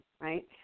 right